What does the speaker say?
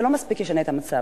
זה לא ישנה מספיק את המצב,